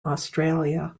australia